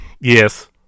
Yes